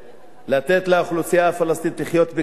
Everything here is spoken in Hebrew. לתת לאוכלוסייה הפלסטינית לחיות בכבוד,